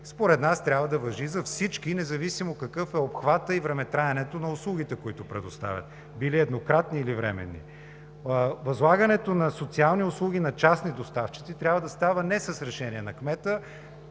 според нас трябва да важи за всички, независимо какъв е обхватът и времетраенето на услугите, които предоставят – били еднократни или временни. Възлагането на социални услуги на частни доставчици трябва да става не с решение на кмета,